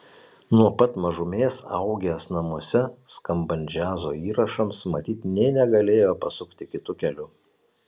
nuo pat mažumės augęs namuose skambant džiazo įrašams matyt nė negalėjo pasukti kitu keliu